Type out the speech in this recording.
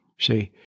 See